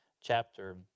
chapter